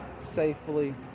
safely